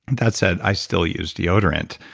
and that said, i still use deodorant,